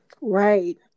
Right